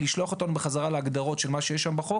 אני חושב שצריך לדון בהגדרות של מה שיש בחוק,